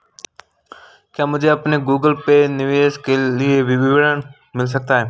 क्या मुझे अपने गूगल पे निवेश के लिए विवरण मिल सकता है?